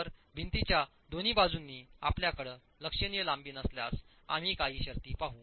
तर भिंतीच्या दोन्ही बाजूंनी आपल्याकडे लक्षणीय लांबी नसल्यास आम्ही काही शर्ती पाहू